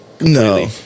No